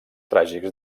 tràgics